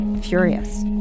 furious